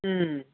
उम